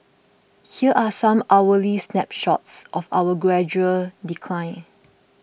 here are some hourly snapshots of my gradual decline